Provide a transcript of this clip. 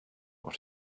what